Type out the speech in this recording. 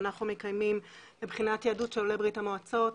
שאנחנו מקיימים מבחינת יהדות של עולי ברית המועצות,